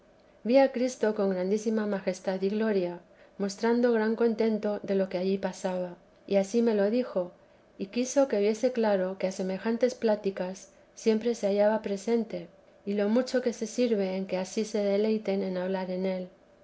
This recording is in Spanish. vi a cristo con grandísima majestad y gloria mostrando gran contento de lo que allí pasaba y ansí me lo dijo y quiso que viese claro que a semejantes pláticas siempre se hallaba presente y lo mucho que se sirve en que ansí se deleiten en hablar en él